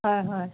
হয় হয়